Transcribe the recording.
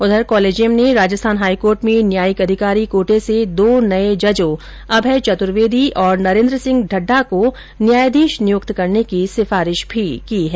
उधर कॉलेजियम ने राजस्थान हाईकोर्ट में न्यायिक अधिकारी कोटे से दो नए जर्जो अभय अभय चतुर्वेदी और नरेंद्र सिंह ढड़डा को न्यायाधीश नियुक्त करने की सिफारिश भी की है